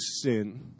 sin